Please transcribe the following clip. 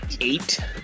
eight